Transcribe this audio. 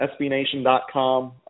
SBNation.com